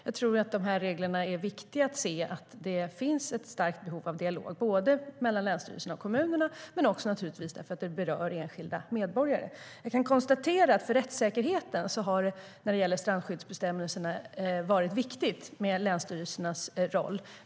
Jag tror att det är viktigt att se att det finns ett starkt behov av dialog mellan länsstyrelserna och kommunerna men också naturligtvis därför att detta berör enskilda medborgare. Jag kan konstatera att länsstyrelsernas roll har varit viktig för rättssäkerheten när det gäller strandskyddsbestämmelserna.